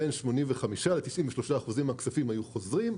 בין 85 ל-93 אחוזים מהכספים היו חוזרים.